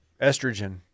Estrogen